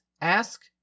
Ask